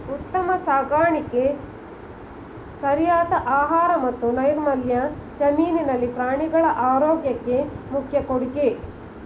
ಉತ್ತಮ ಸಾಕಾಣಿಕೆ ಸರಿಯಾದ ಆಹಾರ ಮತ್ತು ನೈರ್ಮಲ್ಯ ಜಮೀನಿನಲ್ಲಿ ಪ್ರಾಣಿಗಳ ಆರೋಗ್ಯಕ್ಕೆ ಮುಖ್ಯ ಕೊಡುಗೆ